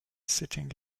sitting